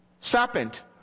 serpent